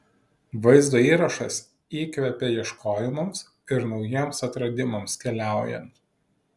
vaizdo įrašas įkvepia ieškojimams ir naujiems atradimams keliaujant